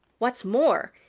what's more,